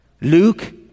Luke